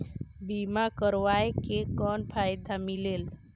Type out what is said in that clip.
बीमा करवाय के कौन फाइदा मिलेल?